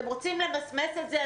אתם רוצים לממסמס את זה,